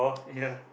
ya